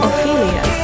Ophelia